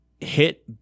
hit